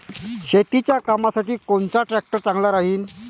शेतीच्या कामासाठी कोनचा ट्रॅक्टर चांगला राहीन?